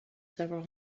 several